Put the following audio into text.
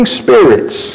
spirits